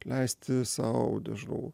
leisti sau nežinau